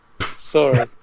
sorry